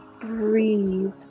breathe